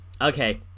Okay